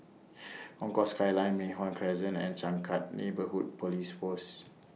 Concourse Skyline Mei Hwan Crescent and Changkat Neighbourhood Police Post